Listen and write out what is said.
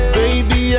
baby